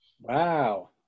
Wow